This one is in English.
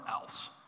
else